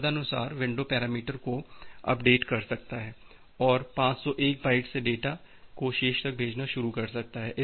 और यह तदनुसार विंडो पैरामीटर को अपडेट कर सकता है और 501 बाइट्स से डेटा को शेष तक भेजना शुरू कर सकता है